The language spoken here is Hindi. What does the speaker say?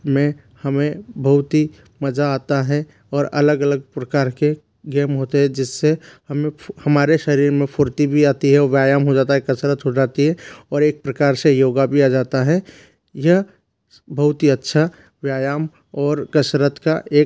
में हमें बहुत ही मजा आता है और अलग अलग प्रकार के गेम होते है जिससे हमें हमारे शरीर में फुर्ती भी आती है व्यायाम हो जाता है कसरत हो जाती है और एक प्रकार से योगा भी आ जाता है यह बहुत ही अच्छा व्यायाम और कसरत का एक माध्यम है